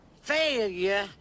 failure